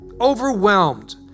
overwhelmed